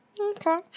Okay